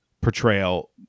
portrayal